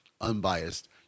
unbiased